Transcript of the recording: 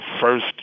first